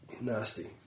nasty